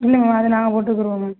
இல்லை மேம் அது நாங்கள் போட்டுக்குறோம் மேம்